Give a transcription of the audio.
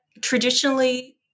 traditionally